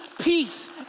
peace